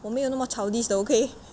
我没有那么 childish 的 okay